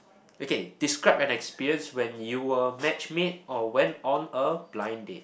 okay describe an experience when you were match made or went on a blind date